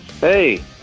Hey